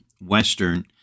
Western